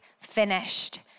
finished